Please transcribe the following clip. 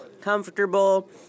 comfortable